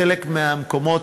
לחלק מהמקומות,